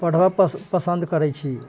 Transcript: पढ़बऽ पस पसन्द करै छी